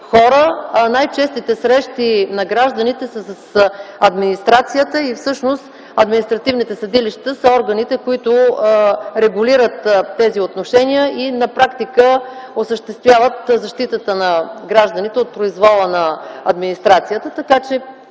хора, а най-честите срещи на гражданите са с администрацията и всъщност административните съдилища са органите, които регулират тези отношения и на практика осъществяват защитата на гражданите от произвола на администрацията,